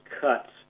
cuts